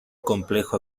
complejo